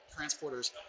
transporters